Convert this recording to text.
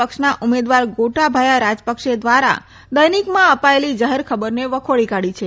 પક્ષના ઉમેદવાર ગોટાભાયા રાજપક્ષે ધ્વારા દૈનિકમાં અપાયેલી જાહેર ખબરને વખોડી કાઢી છે